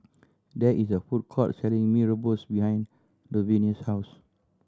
there is a food court selling Mee Rebus behind Luvenia's house